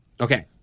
Okay